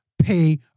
pay